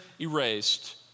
erased